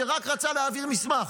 שרק רצה להעביר מסמך.